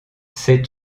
sais